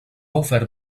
ofert